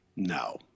No